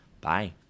Bye